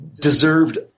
deserved